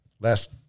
last